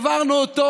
העברנו אותו